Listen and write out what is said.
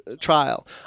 trial